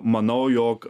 manau jog